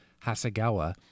hasagawa